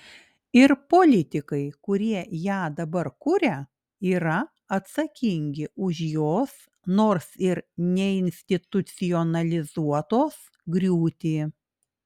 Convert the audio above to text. ir politikai kurie ją dabar kuria yra atsakingi už jos nors ir neinstitucionalizuotos griūtį